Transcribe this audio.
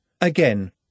again